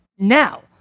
Now